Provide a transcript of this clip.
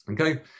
Okay